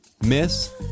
Miss